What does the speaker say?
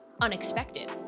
unexpected